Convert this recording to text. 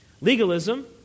Legalism